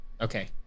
Okay